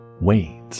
wait